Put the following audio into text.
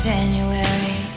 January